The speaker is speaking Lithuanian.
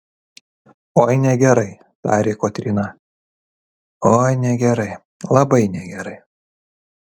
oi negerai tarė kotryna oi negerai labai negerai